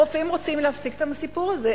הרופאים רוצים להפסיק את הסיפור הזה.